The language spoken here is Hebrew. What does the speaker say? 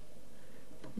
בעיקר כרופא,